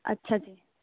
ਅੱਛਾ ਜੀ